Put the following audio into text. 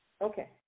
Okay